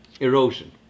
erosion